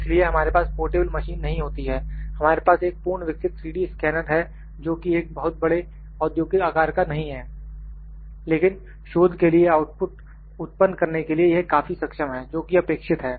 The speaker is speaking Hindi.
इसलिए हमारे पास पोर्टेबल मशीन नहीं होती है हमारे पास एक पूर्ण विकसित 3D स्कैनर है जो कि एक बहुत बड़े औद्योगिक आकार का नहीं है लेकिन शोध के लिए आउटपुट उत्पन्न करने के लिए यह काफी सक्षम है जोकि अपेक्षित है